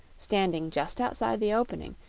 standing just outside the opening,